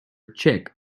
check